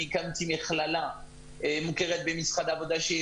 אני הקמתי מכללה מוכרת במשרד העבודה,